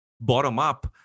bottom-up